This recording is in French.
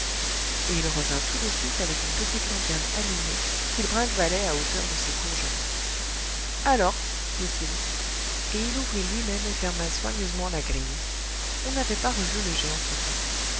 et il revint tout de suite avec une petite lanterne allumée qu'il brinquebalait à hauteur de ses courts genoux alors dit-il et il ouvrit lui-même et ferma soigneusement la grille on n'avait pas revu le géant tobie